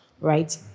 right